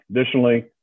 Additionally